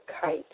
kite